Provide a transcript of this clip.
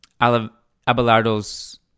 Abelardo's